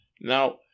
Now